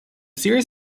series